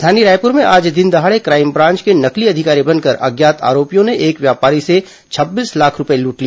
राजधानी रायपुर में आज दिनदहाड़े क्राईम ब्रांच के नकली अधिकारी बनकर अज्ञात आरोपियों ने एक व्यापारी से छब्बीस लाख रूपये लूट लिए